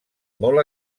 molt